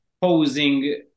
posing